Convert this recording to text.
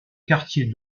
quartier